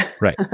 right